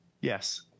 Yes